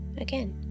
again